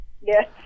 Yes